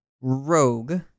Rogue